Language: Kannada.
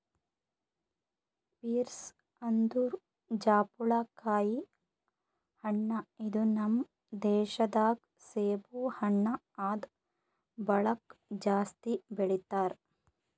ಪೀರ್ಸ್ ಅಂದುರ್ ಜಾಪುಳಕಾಯಿ ಹಣ್ಣ ಇದು ನಮ್ ದೇಶ ದಾಗ್ ಸೇಬು ಹಣ್ಣ ಆದ್ ಬಳಕ್ ಜಾಸ್ತಿ ಬೆಳಿತಾರ್